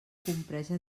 compresa